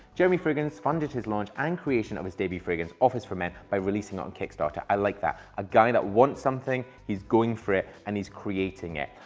jeremy fragrance funded his launch and creation of his debut fragrance office for men by releasing on kickstarter. i like that. a guy that wants something, he's going for it and he's creating it.